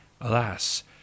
Alas